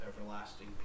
everlasting